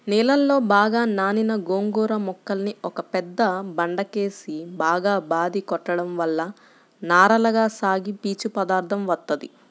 నీళ్ళలో బాగా నానిన గోంగూర మొక్కల్ని ఒక పెద్ద బండకేసి బాగా బాది కొట్టడం వల్ల నారలగా సాగి పీచు పదార్దం వత్తది